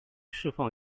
释放